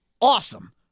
awesome